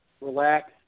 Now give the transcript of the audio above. relax